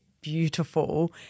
beautiful